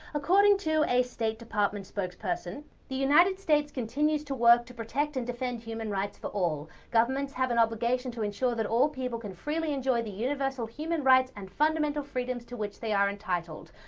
according to a state department spokesperson the united states continues to work to protect and defend human rights for all. governments have an obligation to ensure that all people can freely enjoy the universal human rights and fundamental freedoms to which they are entitled,